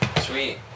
Sweet